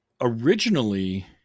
originally